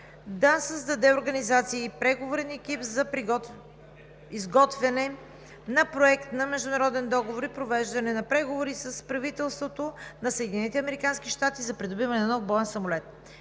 да създаде организация и преговорен екип за изготвяне на Проект на международен договор и провеждане на преговори с правителството на Съединените американски щати